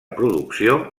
producció